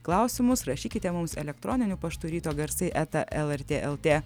klausimus rašykite mums elektroniniu paštu ryto garsai eta lrt lt